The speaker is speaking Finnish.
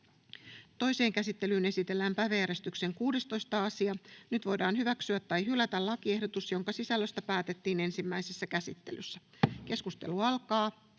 ainoaan käsittelyyn esitellään päiväjärjestyksen 20. asia. Nyt voidaan toisessa käsittelyssä hyväksyä tai hylätä lakiehdotus, jonka sisällöstä päätettiin ensimmäisessä käsittelyssä. Lopuksi